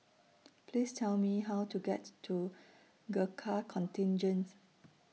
Please Tell Me How to get to Gurkha Contingent